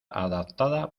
adaptada